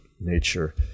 nature